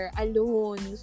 alone